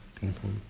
people